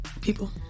people